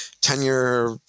tenure